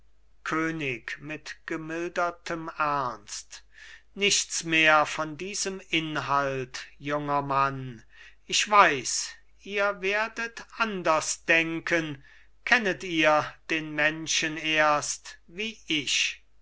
könig mit gemildertem ernst nichts mehr von diesem inhalt junger mann ich weiß ihr werdet anders denken kennet ihr den menschen erst wie ich